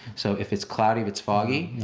so if it's cloudy, if it's foggy,